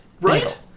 Right